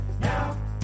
now